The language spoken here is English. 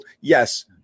yes